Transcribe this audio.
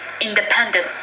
independent